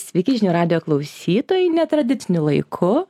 sveiki žinių radijo klausytojai netradiciniu laiku